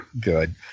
good